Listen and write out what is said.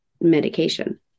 medication